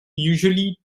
usually